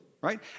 right